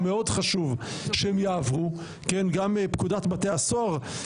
מאוד חשוב שהם יעברו גם פקודת בתי הסוהר.